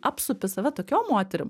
apsupi save tokiom moterim